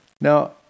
Now